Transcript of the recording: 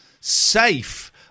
safe